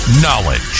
Knowledge